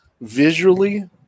visually